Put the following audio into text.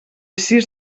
sis